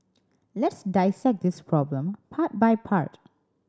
let's dissect this problem part by part